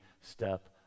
step